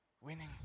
winning